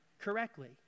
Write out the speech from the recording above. correctly